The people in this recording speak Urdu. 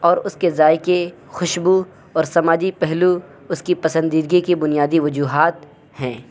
اور اس کے ذائقے خوشبو اور سماجی پہلو اس کی پسندیدگی کی بنیادی وجوہات ہیں